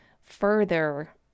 further